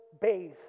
bathe